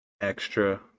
Extra